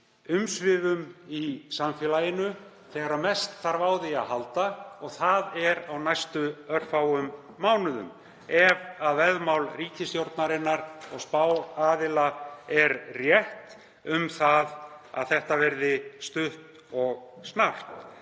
umsvifum í samfélaginu þegar mest þarf á því að halda og það er á næstu örfáum mánuðum ef veðmál ríkisstjórnarinnar og spáaðila er rétt um að þetta verði stutt og snarpt.